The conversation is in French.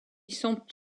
sont